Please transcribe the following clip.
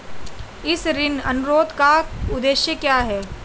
इस ऋण अनुरोध का उद्देश्य क्या है?